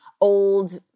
old